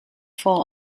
vor